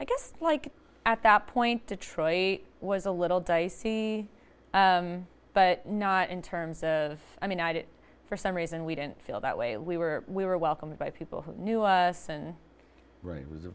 i guess like at that point detroit was a little dicey but not in terms of i mean i did for some reason we didn't feel that way we were we were welcomed by people who knew us and r